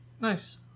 Nice